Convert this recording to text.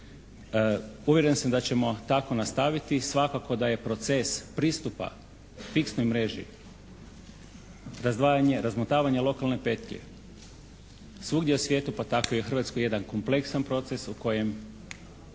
Uvjeren sam da ćemo tako nastaviti, svakako da je proces pristupa fiksnoj mreži, razdvajanje, razmotavanje lokalne petlje svugdje u svijetu pa tako i u Hrvatskoj jedan kompleksan proces u kojem